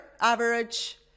average